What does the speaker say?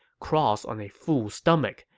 cross on a full stomach,